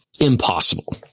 Impossible